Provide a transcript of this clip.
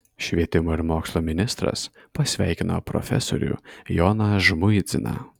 švietimo ir mokslo ministras pasveikino profesorių joną žmuidziną